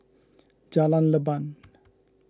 Jalan Leban